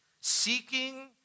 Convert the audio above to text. Seeking